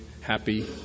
happy